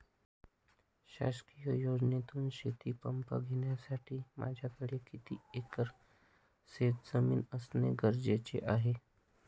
शासकीय योजनेतून शेतीपंप घेण्यासाठी माझ्याकडे किती एकर शेतजमीन असणे गरजेचे आहे?